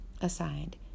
assigned